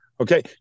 Okay